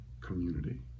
community